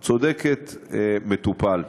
את צודקת, מטופל.